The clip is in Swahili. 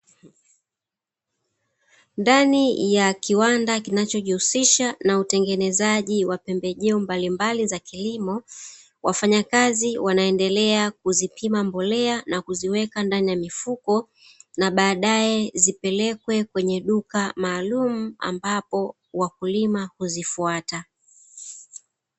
Ndani ya kiwanda kinachojihusisha na utengenezaji wa pembejeo mbalimbali za kilimo, wafanyakazi wanaendelea kuzipima mbolea na kuziweka ndani ya mifuko na baadaye zipelekwe kwenye duka maalum ambapo wakulima kuzifuata.